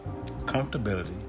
Comfortability